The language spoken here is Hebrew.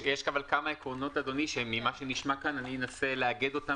אבל יש כמה עקרונות שממה שנשמע כאן אנסה לאגד אותם